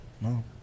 No